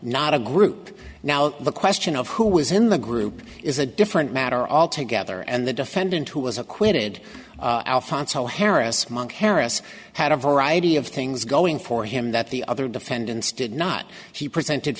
not a group now the question of who was in the group is a different matter altogether and the defendant who was acquitted alfonso harris monk harris had a variety of things going for him that the other defendants did not she presented